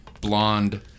blonde